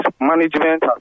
management